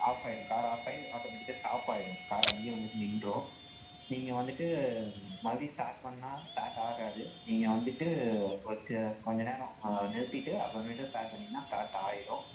of ஆகிடும் car off ஆகி ஆட்டோமேட்டிக்காக ஸ்டாப் ஆகிடும் காரு அங்கேயே வந்துட்டு நின்றுடும் நீங்கள் வந்துட்டு மறுபடி ஸ்டார்ட் பண்ணால் ஸ்டார்ட் ஆகாது நீங்கள் வந்துட்டு கொஞ்ச கொஞ்சம் நேரம் நிறுத்திவிட்டு அப்புறமேட்டா ஸ்டார்ட் பண்ணிங்கன்னா ஸ்டார்ட் ஆகிடும்